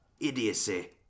Idiocy